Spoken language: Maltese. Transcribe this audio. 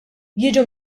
jiġu